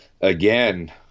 again